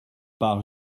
par